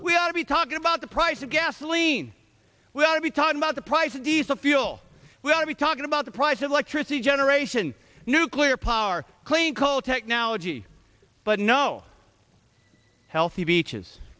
we ought to be talking about the price of gasoline we ought to be talking about the price of diesel fuel we ought to be talking about the price of electricity generation nuclear power clean coal technology but no healthy beaches